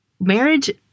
marriage